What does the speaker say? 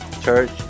church